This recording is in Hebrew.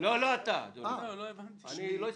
אני חושב,